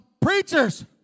preachers